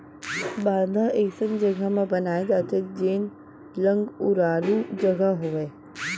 बांधा अइसन जघा म बनाए जाथे जेन लंग उरारू जघा होवय